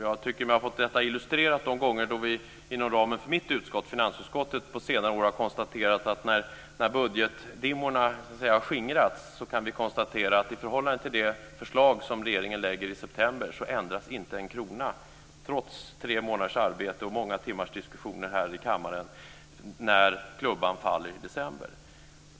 Jag tycker mig ha fått detta illustrerat de gånger vi inom ramen för mitt utskott, finansutskottet, på senare år har konstaterat att när budgetdimmorna har skingrats framgår det att i förhållande till det förslag som regeringen lägger i september ändras inte en krona, trots tre månaders arbete och många timmars diskussioner här i kammaren, när klubban faller i december.